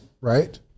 right